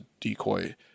decoy